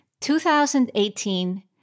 2018